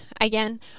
again